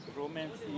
romance